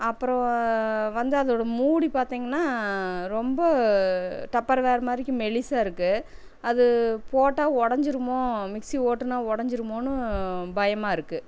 அப்புறம் வந்து அதோடய மூடி பார்த்திங்கன்னா ரொம்ப டப்பர்வேர் மாரிக்கு மெலிசாக இருக்குது அது போட்டால் உடஞ்சிடுமோ மிக்சி ஓட்டுனால் ஒடஞ்சிடுமோன்னு பயமாக இருக்குது